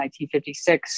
1956